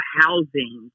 housing